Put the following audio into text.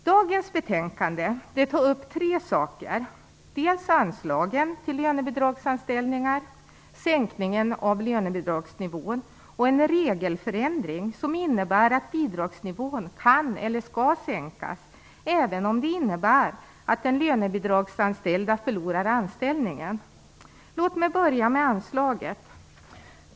Dagens betänkande tar upp tre saker, dels anslagen till lönebidragsanställningar, dels sänkningen av lönebidragsnivån, dels en regelförändring som innebär att bidragsnivån kan eller skall sänkas, även om det innebär att den lönebidragsanställde förlorar anställningen. Låt mig börja med anslaget.